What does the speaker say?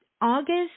August